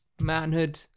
Manhood